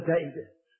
David